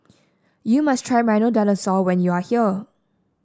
you must try Milo Dinosaur when you are here